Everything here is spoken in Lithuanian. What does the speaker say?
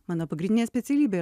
mano pagrindinė specialybė